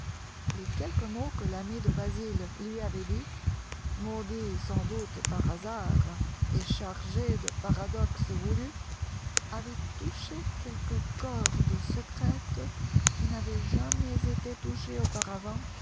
les quelques mots que l'ami de basil lui avait dits mots dits sans doute par hasard et chargés de paradoxes voulus avaient touché quelque corde secrète qui n'avait jamais été touchée auparavant